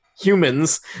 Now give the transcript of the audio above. humans